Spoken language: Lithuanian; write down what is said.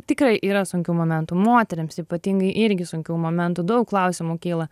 tikrai yra sunkių momentų moterims ypatingai irgi sunkių momentų daug klausimų kyla